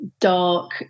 dark